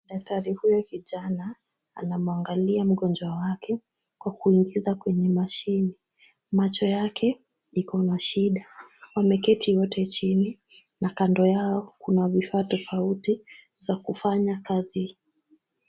Daktari huyu kijana, anamwangalia mgonjwa wake huku akiwa kwenye mashine. Macho yake iko na shida. Wameketi wote chini na kando yao, kuna vifaa tofauti za kufanya kazi.